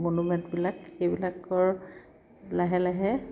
মনুমেন্টবিলাক সেইবিলাকৰ লাহে লাহে